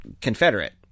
Confederate